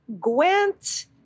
Gwent